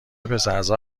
پسرزا